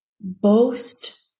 boast